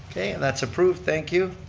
okay, and that's approved, thank you.